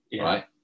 right